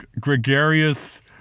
gregarious